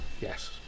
yes